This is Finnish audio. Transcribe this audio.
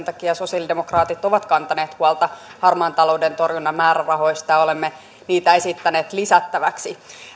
takia sosialidemokraatit ovat kantaneet huolta harmaan talouden torjunnan määrärahoista olemme niitä esittäneet lisättäväksi